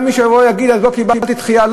גם מי שיבוא ויגיד: אני לא קיבלתי דחייה,